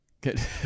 good